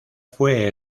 fue